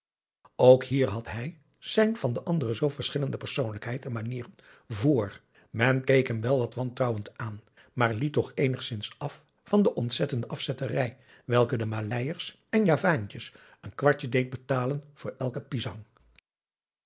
ook hier had hij zijn van de anderen zoo verschillende persoonlijkheid en manieren vr men keek hem wel wat wantrouwend aan maar liet toch eenigszins af van de ontzettende afzetterij welke de maleiers en javaantjes een kwartje deed betalen voor elken pisang